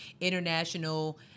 international